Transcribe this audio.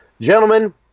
gentlemen